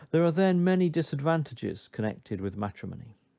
there are then many disadvantages connected with matrimony.